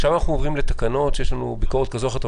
ועכשיו אנחנו עוברים לתקנות שיש לנו ביקורת כזאת או אחרת,